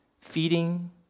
feeding